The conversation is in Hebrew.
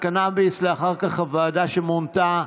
ואחר כך הוועדה שמונתה,